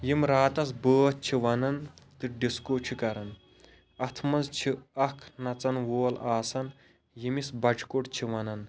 یِم راتَس بٲتھ چھِ وَنان تہٕ ڈِسکو چھِ کران اتھ مَنٛز چھ اکھ نَژَن وول آسان ییٚمِس بَچہ کوٚٹ چھِ ونَان